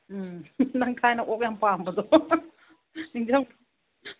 ꯎꯝ ꯅꯪ ꯊꯥꯏꯅ ꯑꯣꯛ ꯌꯥꯝ ꯄꯥꯝꯕꯗꯣ ꯅꯤꯡꯁꯤꯡꯕ꯭ꯔ